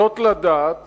זאת לדעת